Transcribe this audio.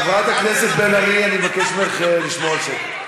חברת הכנסת בן ארי, אני מבקש ממך לשמור על שקט.